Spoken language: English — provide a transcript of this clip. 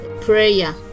prayer